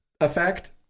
effect